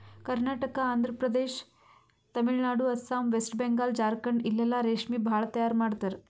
ಕರ್ನಾಟಕ, ಆಂಧ್ರಪದೇಶ್, ತಮಿಳುನಾಡು, ಅಸ್ಸಾಂ, ವೆಸ್ಟ್ ಬೆಂಗಾಲ್, ಜಾರ್ಖಂಡ ಇಲ್ಲೆಲ್ಲಾ ರೇಶ್ಮಿ ಭಾಳ್ ತೈಯಾರ್ ಮಾಡ್ತರ್